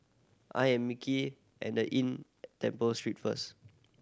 I am Micky at The Inn at Temple Street first